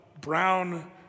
brown